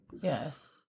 Yes